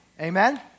Amen